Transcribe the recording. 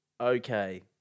Okay